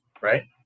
right